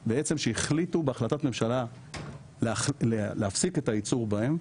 שהחליטו בהחלטת ממשלה להפסיק את היצור בהן,